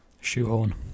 Shoehorn